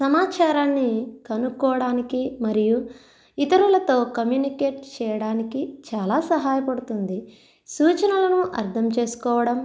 సమాచారాన్ని కనుక్కోవడానికి మరియు ఇతరులతో కమ్యూనికేట్ చేయడానికి చాలా సహాయపడుతుంది సూచనలను అర్థం చేసుకోవడం